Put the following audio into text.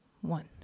One